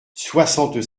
soixante